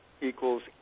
equals